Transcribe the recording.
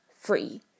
free